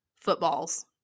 Footballs